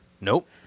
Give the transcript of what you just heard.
nope